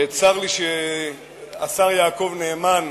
צר לי שהשר יעקב נאמן